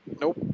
Nope